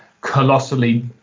colossally